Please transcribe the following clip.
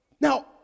Now